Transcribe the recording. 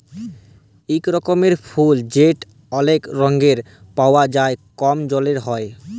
ইক রকমের ফুল যেট অলেক রঙে পাউয়া যায় কম জলে হ্যয়